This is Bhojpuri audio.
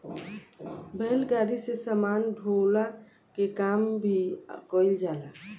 बैलगाड़ी से सामान ढोअला के काम भी कईल जाला